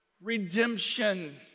redemption